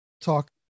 talk